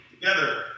together